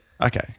Okay